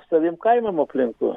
saviem kaimam aplinkui